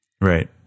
right